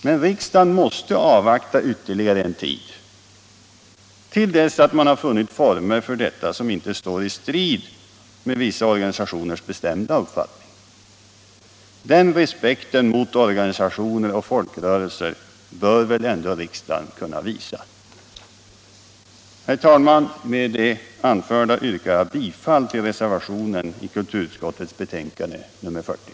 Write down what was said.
Men riksdagen måste avvakta ytterligare en tid — till dess att man funnit former för detta som inte står i strid med vissa organisationers bestämda uppfattning. Den respekten mot organisationer och folkrörelser bör väl ändå riksdagen kunna visa. Herr talman! Med det anförda yrkar jag bifall till reservationen i kulturutskottets betänkande nr 40.